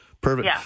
Perfect